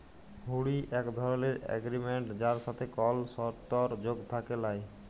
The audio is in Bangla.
হুঁড়ি এক ধরলের এগরিমেনট যার সাথে কল সরতর্ যোগ থ্যাকে ল্যায়